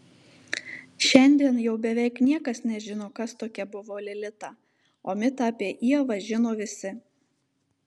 šiandien jau beveik niekas nežino kas tokia buvo lilita o mitą apie ievą žino visi